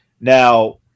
Now